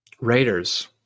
Raiders